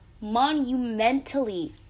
monumentally